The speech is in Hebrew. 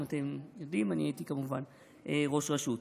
אם אתם יודעים, אני הייתי כמובן ראש רשות.